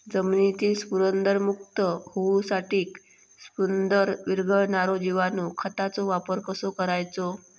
जमिनीतील स्फुदरमुक्त होऊसाठीक स्फुदर वीरघळनारो जिवाणू खताचो वापर कसो करायचो?